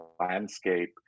landscape